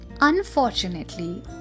unfortunately